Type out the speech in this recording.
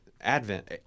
Advent